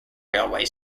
railway